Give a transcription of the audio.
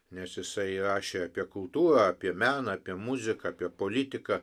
nes jisai rašė apie kultūrą apie meną apie muziką apie politiką